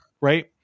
Right